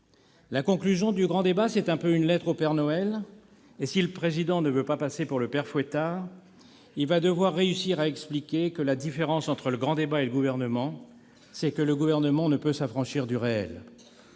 La conclusion du grand débat, c'est un peu une lettre au père Noël, et si le président ne veut pas passer pour le père Fouettard, il va devoir réussir à expliquer que la différence entre le grand débat et le Gouvernement, c'est que le Gouvernement ne peut s'affranchir du réel.